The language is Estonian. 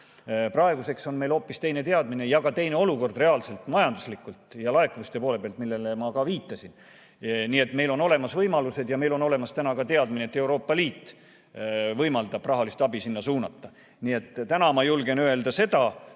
– on meil hoopis teine teadmine ja ka teine olukord reaalselt, majanduslikult ja laekumiste poole pealt, millele ma ka viitasin. Meil on olemas võimalused ja meil on olemas ka teadmine, et Euroopa Liit võimaldab rahalist abi sinna suunata. Nii et täna ma julgen öelda seda,